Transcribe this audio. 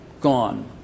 Gone